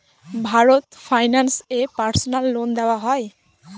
Bharat finance এ personal loan দেওয়া হয়?